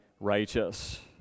righteous